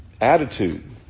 attitude